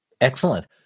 Excellent